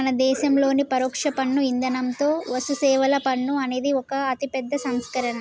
మన దేసంలోని పరొక్ష పన్ను ఇధానంతో వస్తుసేవల పన్ను అనేది ఒక అతిపెద్ద సంస్కరణ